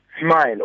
Smile